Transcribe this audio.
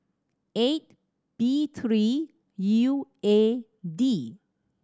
eight B three U A D